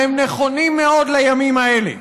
והם נכונים מאוד לימים האלה.